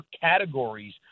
categories